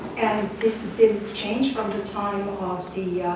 this didn't change from the time of um the